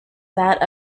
that